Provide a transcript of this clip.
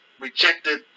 rejected